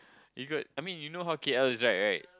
you got I mean you know how K_L is like right